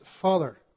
Father